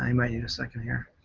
um you know a second here.